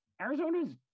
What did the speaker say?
Arizona's